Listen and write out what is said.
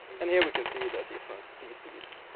and here we can see the different cc's,